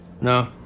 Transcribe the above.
No